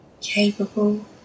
capable